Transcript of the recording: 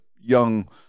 young